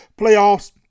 playoffs